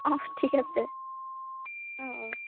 অঁ ঠিক আছে অঁ